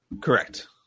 Correct